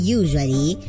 usually